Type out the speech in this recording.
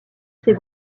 ses